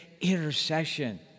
intercession